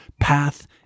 path